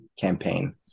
campaign